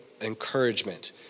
encouragement